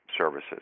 services